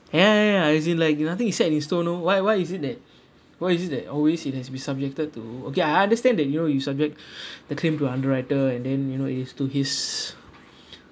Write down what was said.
ya ya ya as in like nothing is set in stone orh why why is it that why is it that always it has to be subjected to okay I understand that you know you subject the claim to underwriter and then you know it is to his